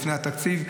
לפני התקציב,